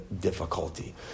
difficulty